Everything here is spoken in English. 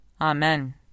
Amen